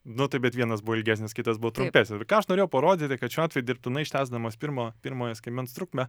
nu tai bet vienas buvo ilgesnis kitas buvo trumpesnis aš norėjau parodyti kad šiuo atveju dirbtinai ištęsdamas pirmo pirmojo skiemens trukmę